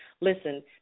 Listen